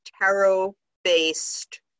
tarot-based